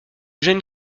jeune